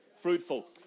fruitful